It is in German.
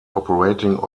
operating